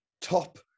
top